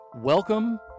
Welcome